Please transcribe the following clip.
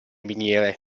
miniere